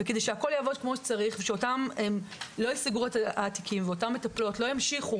כדי שהכול יעבוד כמו שצריך ושלא ייסגרו התיקים ואותן מטפלות לא ימשיכו,